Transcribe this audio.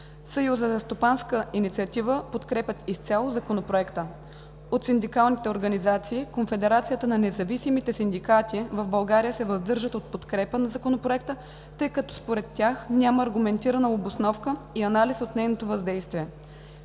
Съюзът за стопанска инициатива подкрепя изцяло Законопроекта. От синдикалните организации – Конфедерацията на независимите синдикати в България, се въздържа от подкрепа на Законопроекта, тъй като според тях няма аргументирана обосновка и анализ от нейното въздействие.